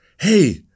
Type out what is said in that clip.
Hey